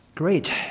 Great